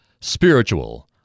spiritual